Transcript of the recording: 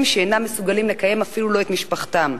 שאינם מסוגלים לקיים אפילו את משפחתם,